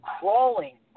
crawling